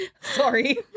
Sorry